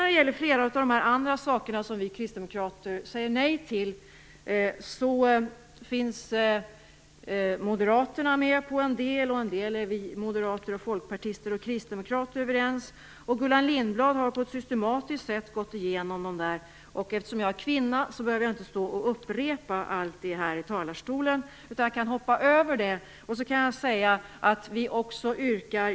När det gäller fler av de förslag som vi kristdemokrater säger nej till finns det en del reservationer som moderaterna står bakom. I en del reservationer är moderater, folkpartister och kristdemokrater överens. Gullan Lindblad har på ett systematiskt sätt gått igenom reservationerna. Eftersom jag är kvinna behöver jag inte stå här i talarstolen och upprepa alltsammans, utan jag hoppar över det.